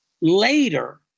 later